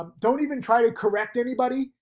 um don't even try to correct anybody,